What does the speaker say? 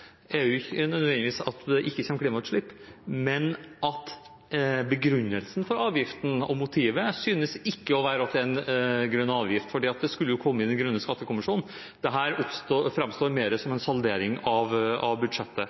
kritisert, er ikke nødvendigvis at det ikke kommer klimautslipp, men at begrunnelsen for avgiften og motivet ikke synes å være en grønn avgift, for det skulle komme i Grønn skattekommisjon. Dette framstår mer som en saldering av budsjettet.